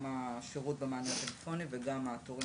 גם השירות במענה הטלפוני וגם התורים